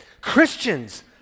Christians